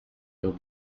would